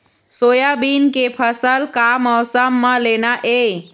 Soybean के फसल का मौसम म लेना ये?